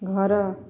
ଘର